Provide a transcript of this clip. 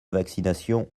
vaccination